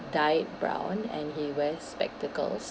dyed brown and he wears spectacles